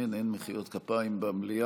אין, אין מחיאות כפיים במליאה.